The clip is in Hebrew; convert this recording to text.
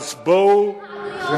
אדוני השר, תתמודד עם העדויות.